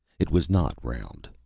it was not round,